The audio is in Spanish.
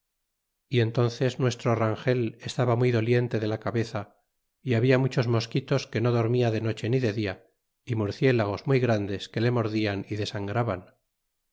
y entences nuestro rangel estaba muy doliente de la cabeza e habia muchos mosquitos que no dormia de noche ni de dia y murciélagos muy grandes que le mordian y desangraban